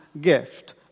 gift